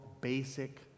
basic